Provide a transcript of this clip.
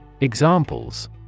Examples